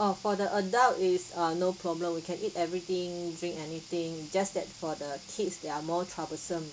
oh for the adult is uh no problem we can eat everything drink anything just that for the kids they are more troublesome